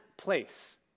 Place